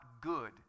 good